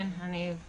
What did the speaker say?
כן, אני זוכרת.